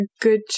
good